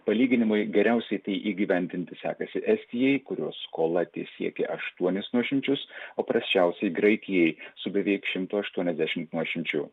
palyginimui geriausiai tai įgyvendinti sekasi estijai kurios skola tesiekė aštuonis nuošimčius o prasčiausiai graikijai su beveik šimtu aštuoniasdešimt nuošimčių